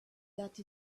that